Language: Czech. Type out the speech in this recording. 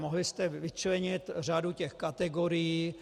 Mohli jste vyčlenit řadu těch kategorií.